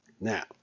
Now